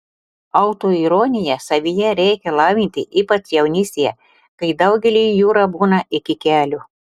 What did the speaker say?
autoironiją savyje reikia lavinti ypač jaunystėje kai daugeliui jūra būna iki kelių